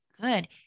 good